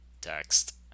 text